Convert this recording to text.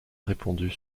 répondu